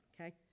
okay